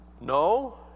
No